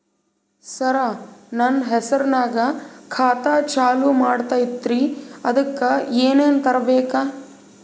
ಸರ, ನನ್ನ ಹೆಸರ್ನಾಗ ಖಾತಾ ಚಾಲು ಮಾಡದೈತ್ರೀ ಅದಕ ಏನನ ತರಬೇಕ?